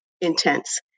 intense